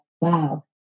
wow